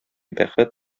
бәхет